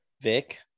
Vic